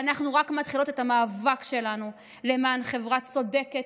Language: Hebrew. ואנחנו רק מתחילות את המאבק שלנו למען חברה צודקת,